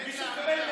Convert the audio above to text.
אם מישהו מקבל מדליה,